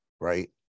right